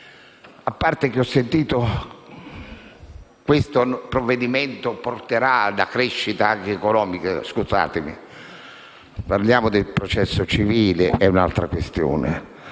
sentito dire poi che questo provvedimento porterà alla crescita economica. Scusatemi, se parliamo del processo civile, è un'altra questione;